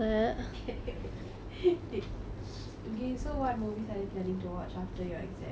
okay so what movies are you planning to watch after your exam